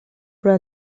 però